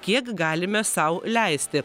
kiek galime sau leisti